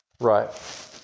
Right